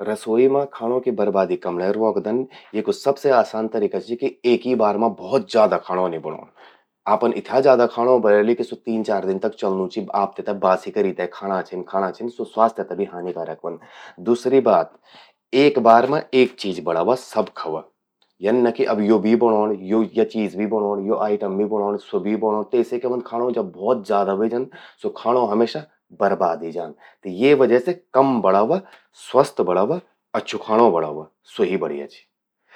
रसोई मां खाणों कि बर्बादि कमण्यें रोकदन, येकु सबसे आसान तरीका यो चि कि एक ही बार मां भौत ज्यादा खाणों नि बणौंण। आपन इथ्या ज्यादा खाणों बणेंलि कि स्वो तीन चार दिन तक चलणूं चि। तेते बासी करी ते खाणां छिन-खाणा छिन। स्वो स्वास्थ्य ते भी हानिकारक ह्वोंद। दूसरी बात...एक बार मां एक चीज बणावा अर सब खावा। यन ना कि अब यो भी बणौंण, या चीज भी बणौंण, यो आइटम भी बणौंण, स्वो भी बणौंण..तेसे क्या ह्वंद, जब खाणों भौत ज्यादा ह्वे जंद, स्वो खाणों हमेशा बर्बादे जांद। त ये वजह से हमेशा कम बणावा, स्वस्थ बणावा, अच्छू खाणों बणावा। स्वो ही बढ़िया चि।